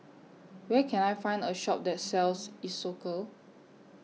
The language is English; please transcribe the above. Where Can I Find A Shop that sells Isocal